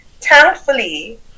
Thankfully